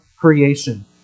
creation